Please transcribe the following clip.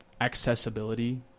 accessibility